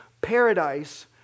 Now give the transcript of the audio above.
paradise